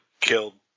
killed